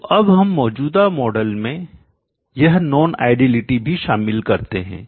तो अब हम मौजूदा मॉडल में यह नॉन आइडियलिटी भी शामिल करते हैं